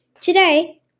Today